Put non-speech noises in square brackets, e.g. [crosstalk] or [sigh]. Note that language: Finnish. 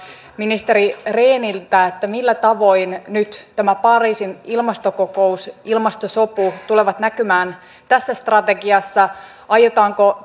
ministeri rehniltä millä tavoin nyt tämä pariisin ilmastokokous ilmastosopu tulevat näkymään tässä strategiassa aiotaanko [unintelligible]